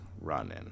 running